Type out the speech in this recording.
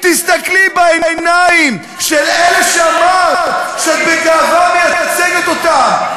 תסתכלי בעיניים של אלה שאמרת שאת בגאווה מייצגת אותם.